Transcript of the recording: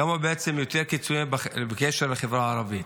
כמה בעצם הוא יותר קיצוני בקשר לחברה הערבית.